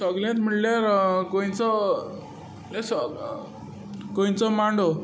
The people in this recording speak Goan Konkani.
सोगलें म्हणल्यार गोंयचो म्हणल्यार सो गोंयचो मांडो